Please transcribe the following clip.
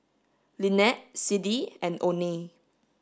Lynette Siddie and Oney